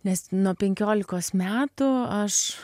nes nuo penkiolikos metų aš